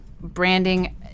branding